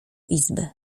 izby